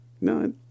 no